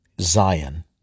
Zion